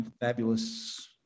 fabulous